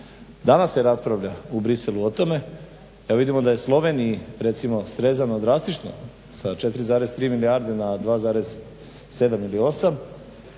danas se raspravlja u Bruxellesu o tome. Evo vidimo da je Sloveniji recimo srezano drastično s 4,3 milijarde na 2,7 ili 8